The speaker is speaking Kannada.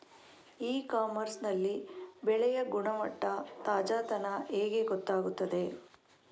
ಇ ಕಾಮರ್ಸ್ ನಲ್ಲಿ ಬೆಳೆಯ ಗುಣಮಟ್ಟ, ತಾಜಾತನ ಹೇಗೆ ಗೊತ್ತಾಗುತ್ತದೆ?